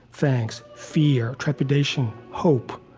thanks. fear. trepidation. hope.